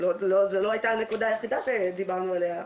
זו לא היתה הנקודה היחידה שדיברנו עליה.